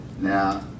Now